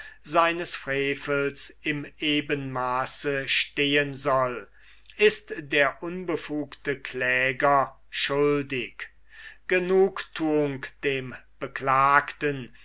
seines frevels in ebenmaße stehen soll ist der unbefugte kläger schuldig genugtuung dem beklagten